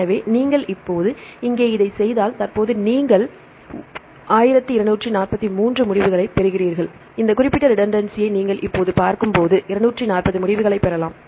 எனவே நீங்கள் இப்போது இங்கே இதைச் செய்தால் தற்போது நீங்கள் 1243 முடிவுகளைப் பெறுகிறீர்கள் இந்த குறிப்பிட்ட ரிடென்சி ஐ நீங்கள் இப்போது பார்க்கும்போது 240 முடிவுகளைப் பெறலாம்